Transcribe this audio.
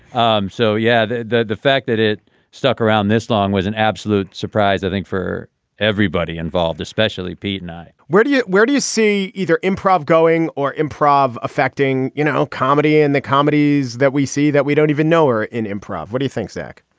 um so yeah the the fact that it stuck around this long was an absolute surprise i think for everybody involved especially pete knight where do you where do you see either improv going or improv affecting you know comedy in the comedies that we see that we don't even know are in improv what do you think zach.